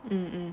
mm mm